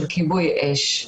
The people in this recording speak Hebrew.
של כיבוי אש.